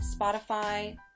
Spotify